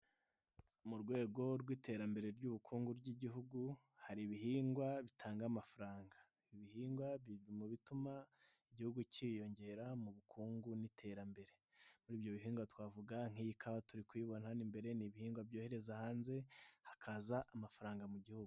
Mu rwego rw'iterambere ry'ubukungu ry'Igihugu hari ibihingwa bitanga amafaranga, ibihingwa biri mu bituma Igihugu kiyongera mu bukungu n'iterambere, muri ibyo bihingwa twavuga nk'iyi kawa, turi kuyibona hano imbere ni ibihingwa byohereza hanze, hakaza amafaranga mu Gihugu.